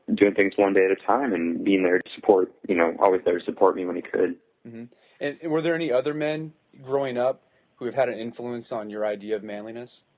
doing things one day at a time and being their support, you know, always there to support me when he could and were there any other men growing up who had had an influence on your idea of manliness?